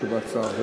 ללא תשובת שר.